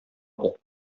иде